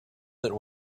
that